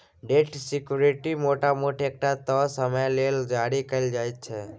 date security मोटा मोटी एकटा तय समय लेल जारी कएल जाइत छै